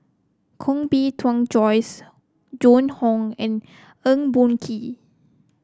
Koh Bee Tuan Joyce Joan Hon and Eng Boh Kee